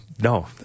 No